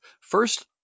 First